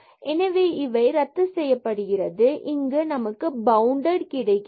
எனவே இவை ரத்து செய்யப்படுகிறது இங்கு நமக்கு பவுண்டட் கிடைக்கிறது